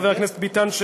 חבר הכנסת ביטן,